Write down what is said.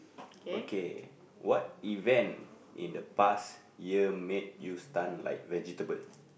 okay what event in the past year made you stun like vegetable